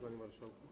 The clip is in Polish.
Panie Marszałku!